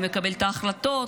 מי מקבל את ההחלטות,